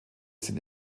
sind